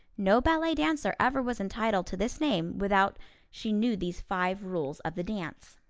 no ballet dancer ever was entitled to this name without she knew these five rules of the dance.